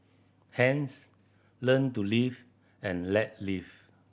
hence learn to live and let live